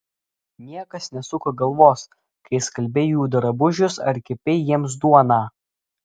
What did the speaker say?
niekas nesuko galvos kai skalbei jų drabužius ar kepei jiems duoną